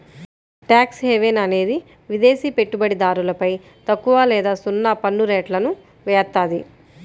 tax haven అనేది విదేశి పెట్టుబడిదారులపై తక్కువ లేదా సున్నా పన్నురేట్లను ఏత్తాది